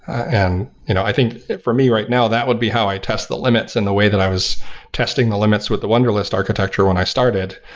and you know i think, for me right now, that would be how i test the limits in the way that i was testing the limits with the wunderlist architecture when i started.